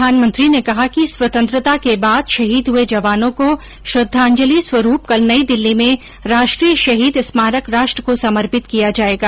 प्रधानमंत्री ने कहा कि स्वतंत्रता के बाद शहीद हुए जवानों को श्रद्वांजलि स्वरूप कल नई दिल्ली में राष्ट्रीय शहीद स्मारक राष्ट्र को समर्पित किया जाएगा